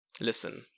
Listen